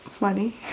money